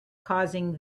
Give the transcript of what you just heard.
causing